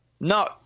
No